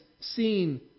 seen